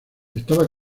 estaba